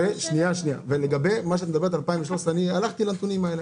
לגבי 2013 אני מכיר את הנתונים.